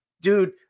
Dude